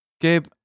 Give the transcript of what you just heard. Gabe